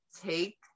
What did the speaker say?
take